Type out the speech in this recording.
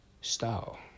style